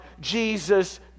Jesus